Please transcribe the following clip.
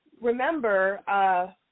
remember –